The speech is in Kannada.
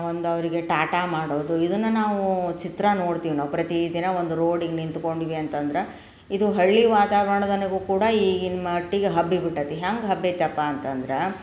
ಒಂದು ಅವರಿಗೆ ಟಾಟಾ ಮಾಡೋದು ಇದನ್ನು ನಾವು ಚಿತ್ರ ನೋಡ್ತೀವಿ ನಾವು ಪ್ರತೀ ದಿನ ಒಂದು ರೋಡಿಗೆ ನಿಂತುಕೊಂಡ್ವಿ ಅಂತಂದರೆ ಇದು ಹಳ್ಳಿ ವಾತಾವರ್ಣ್ದನ್ಗು ಕೂಡ ಈಗಿನ ಮಟ್ಟಿಗೆ ಹಬ್ಬಿ ಬಿಟ್ಟಾತಿ ಹ್ಯಾಂಗೆ ಹಬ್ಬೈತಪ್ಪ ಅಂತಂದ್ರೆ